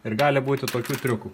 ir gali būti tokių triukų